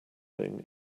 thing